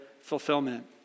fulfillment